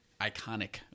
iconic